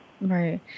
Right